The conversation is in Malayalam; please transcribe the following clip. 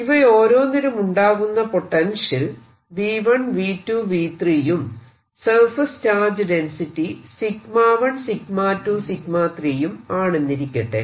ഇവയോരോന്നിലുമുണ്ടാകുന്ന പൊട്ടൻഷ്യൽ V 1 V 2 V 3 യും സർഫേസ് ചാർജ് ഡെൻസിറ്റി 𝜎1 𝜎2 𝜎3 യും ആണെന്നിരിക്കട്ടെ